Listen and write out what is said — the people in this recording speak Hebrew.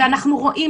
ואנחנו רואים,